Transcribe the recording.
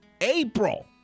April